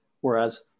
Whereas